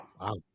Wow